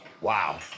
Wow